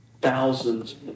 thousands